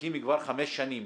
שמחכים כבר חמש שנים